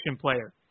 player